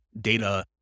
data